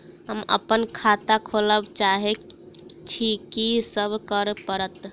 हम अप्पन खाता खोलब चाहै छी की सब करऽ पड़त?